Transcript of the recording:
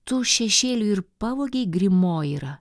tų šešėliui ir pavogei grimo yra